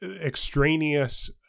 extraneous